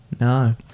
No